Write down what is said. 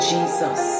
Jesus